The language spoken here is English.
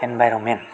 environment